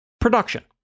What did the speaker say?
production